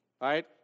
right